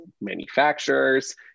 manufacturers